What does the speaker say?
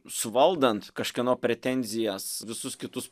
suvaldant kažkieno pretenzijas visus kitus